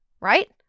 right